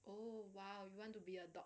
oh !wow! you want to be a doctor